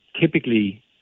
typically